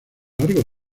largo